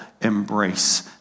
embrace